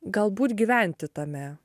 galbūt gyventi tame